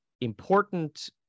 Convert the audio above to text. important